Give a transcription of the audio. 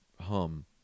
hum